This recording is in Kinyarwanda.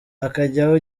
hakajyaho